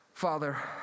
Father